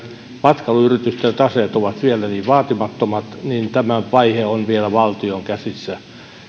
matkailuyritysten taseet ovat vielä niin vaatimattomat niin tämä vaihe on vielä valtion käsissä